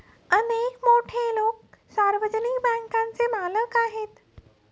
अनेक मोठे लोकं सार्वजनिक बँकांचे मालक आहेत